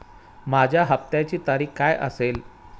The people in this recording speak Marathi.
माझ्या हप्त्याची तारीख काय असेल?